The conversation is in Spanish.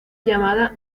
llamada